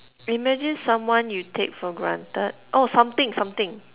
imagine someone you take for granted oh something something